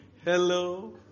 hello